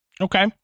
Okay